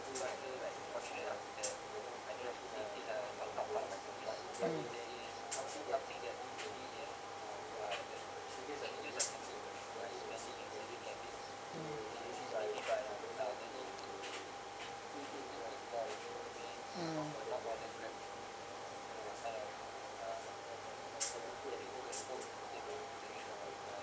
mm mm mm